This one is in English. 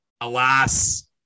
alas